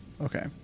Okay